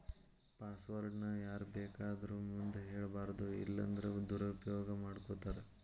password ನ ಯಾರ್ಬೇಕಾದೊರ್ ಮುಂದ ಹೆಳ್ಬಾರದು ಇಲ್ಲನ್ದ್ರ ದುರುಪಯೊಗ ಮಾಡ್ಕೊತಾರ